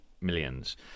millions